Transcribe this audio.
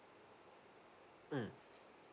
mm